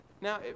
Now